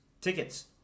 tickets